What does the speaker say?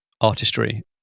artistry